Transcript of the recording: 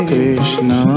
Krishna